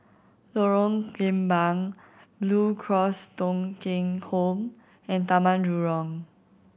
Lorong Kembang Blue Cross Thong Kheng Home and Taman Jurong